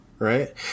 Right